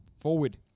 forward